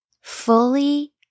fully